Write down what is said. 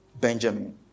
Benjamin